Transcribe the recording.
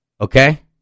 okay